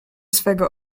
swego